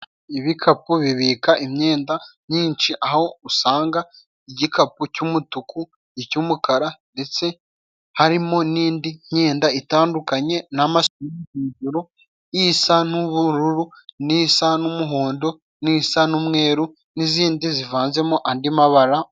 Ibikapu bibika imyenda myinshi aho usanga igikapu cy'umutuku, umukara, ndetse harimo n'indi myenda itandukanye n' isa n'ubururu nisa n'umuhondo, n'isa n'umweru, n'izindi zivanzemo andi mabara...